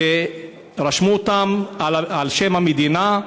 שרשמו אותם על שם המדינה,